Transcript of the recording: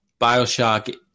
Bioshock